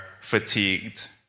fatigued